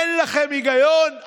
אין לכם היגיון?